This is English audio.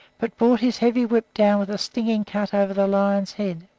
but brought his heavy whip down with a stinging cut over the lion's head,